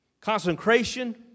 consecration